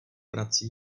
prací